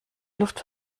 luft